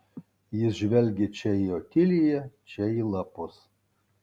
jis žvelgė čia į otiliją čia į lapus